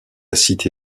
cité